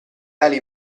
ali